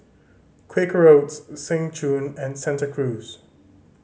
Quaker Oats Seng Choon and Santa Cruz